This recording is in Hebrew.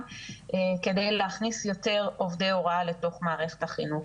כדי להכניס יותר עובדי הוראה לתוך מערכת החינוך,